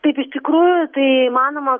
taip iš tikrųjų tai įmanoma